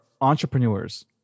entrepreneurs